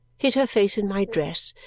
hid her face in my dress,